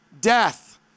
death